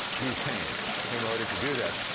he's paying in order to do this.